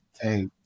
Hey